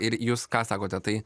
ir jūs ką sakote tai